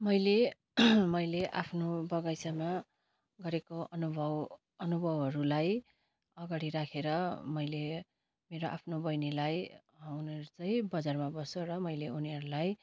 मैले मैले आफ्नो बगैँचामा गरेको अनुभव अनुभवहरूलाई अगाडि राखेर मैले मेरो आफ्नो बहिनीलाई उनीहरू चाहिँ बजारमा बस्छ र मैले उनीहरूलाई